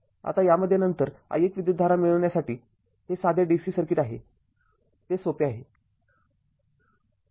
आता यामध्ये नंतर i१ विद्युतधारा मिळविण्यसासाठी हे साधे DC सर्किट आहे ते सोपे आहे